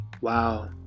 Wow